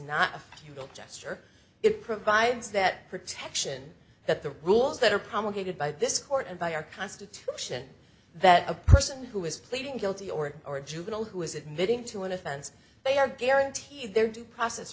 not a futile gesture it provides that protection that the rules that are promulgated by this court and by our constitution that a person who is pleading guilty or or a juvenile who is admitting to an offense they are guaranteed their due process